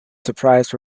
surprised